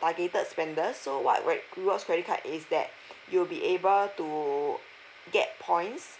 targeted spender so what rewards credit cards is that you'll be able to get points